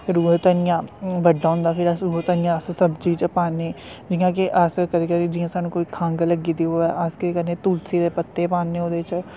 फिर ओह् धनियां बड्डा होंदा फिर अस उऐ धनियां अस सब्जी च पान्ने जि'यां कि अस कदें कदें जि'यां सानूं कोई खंघ लग्गी दी होऐ अस केह् करने तुलसी दे पत्ते पान्ने ओह्दे बिच्च